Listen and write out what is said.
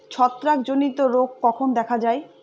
ছত্রাক জনিত রোগ কখন দেখা য়ায়?